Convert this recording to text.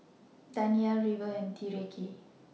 Danyel River and Tyreke